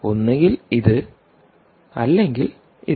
ഒന്നുകിൽ ഇത് അല്ലെങ്കിൽ ഇത്